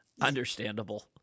understandable